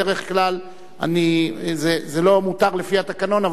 בדרך כלל זה לא מותר לפי התקנון,